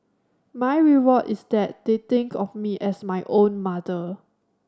my reward is that they think of me as my own mother